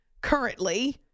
currently